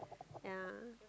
yeah